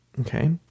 okay